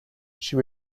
she